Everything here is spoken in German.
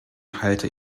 halte